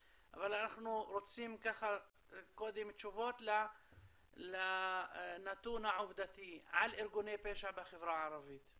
אבל אנחנו רוצים קודם תשובות לנתון העובדתי על ארגוני פשע בחברה הערבית.